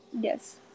Yes